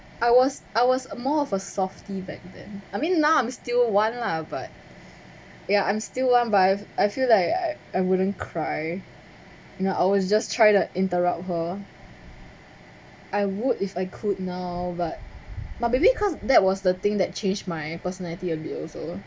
I was I was more of a softy back then I mean now I'm still one lah but yeah I'm still one but I I feel like I wouldn't cry you know I will just try to interrupt her I would if I could now but but maybe because that was the thing that change my personality a bit also